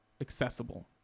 accessible